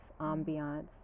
ambiance